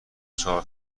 چهار